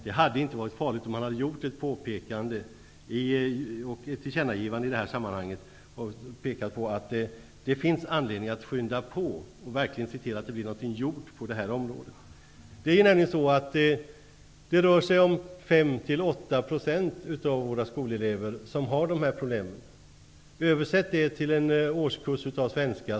Det hade inte varit så farligt om man i det sammanhanget hade gjort ett påpekande och ett tillkännagivande av att det finns anledning att skynda på och verkligen se till att det blir någonting gjort på det här området. Det rör sig nämligen om 5--8 % av våra skolelever som har de här problemen. Översätt det till en årskurs i svenska!